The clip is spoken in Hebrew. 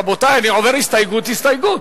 רבותי, אני עובר הסתייגות הסתייגות.